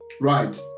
Right